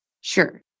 Sure